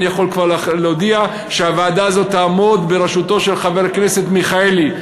אני יכול כבר להודיע שבראשות הוועדה הזאת יעמוד חבר הכנסת מיכאלי,